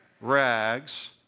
Rags